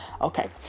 Okay